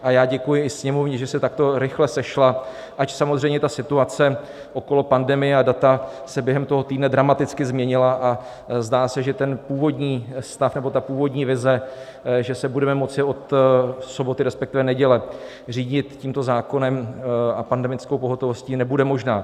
A já děkuji i Sněmovně, že se takto rychle sešla, ač samozřejmě situace okolo pandemie a data se během týdne dramaticky změnila a zdá se, že původní stav, nebo původní vize, že se budeme moci od soboty, respektive neděle, řídit tímto zákonem a pandemickou pohotovostí, nebude možná.